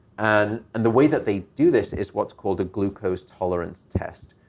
and and the way that they do this is what's called a glucose tolerance test,